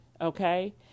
okay